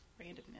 randomness